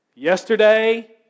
Yesterday